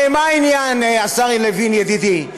הרי מה העניין, השר יריב, ידידי?